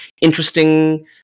interesting